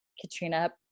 Katrina